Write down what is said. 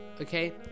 okay